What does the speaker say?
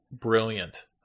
brilliant